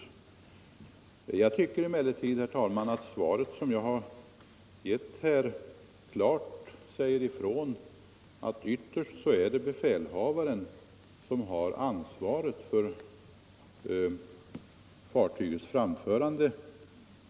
7 maj 1975 Jag tycker emellertid, herr talman, att det svar som jag har lämnat flås pA nro klart anger att det ytterst är befälhavaren som har ansvaret för fartygets Om skyldigheten att framförande.